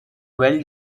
well